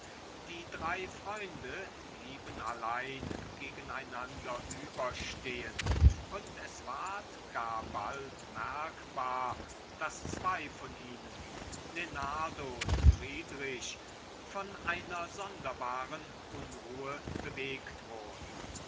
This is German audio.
die drei freunde blieben allein gegen einander über stehen und es ward gar bald merkbar daß zwei von ihnen lenardo und friedrich von einer sonderbaren unruhe bewegt wurden